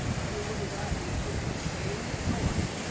oh, look at that. it took the same source,